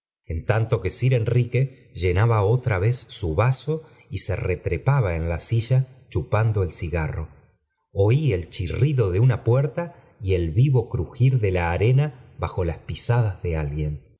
en tanto que sir itnnque llenaba otra vez su vaso y se retrepaba en la silla chupando el cigarro oí el chirrido de una puerta y el vivo crujir de la arena bajo las pisadas de alguien